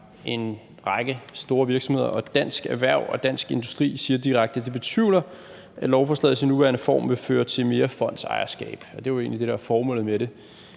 en række store virksomheder. Dansk Erhverv og Dansk Industri siger direkte, at de betvivler, at lovforslaget i sin nuværende form vil føre til mere fondsejerskab, og det er jo egentlig det, der er formålet med det.